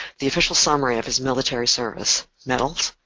the official summary of his military service, medals,